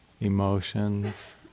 emotions